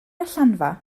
allanfa